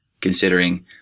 considering